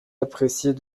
appréciés